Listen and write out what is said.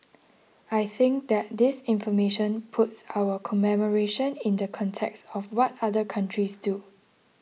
I think that this information puts our commemoration in the context of what other countries do